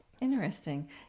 Interesting